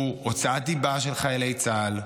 הוא הוצאת דיבה של חיילי צה"ל,